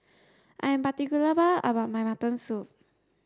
I am particular about about my mutton soup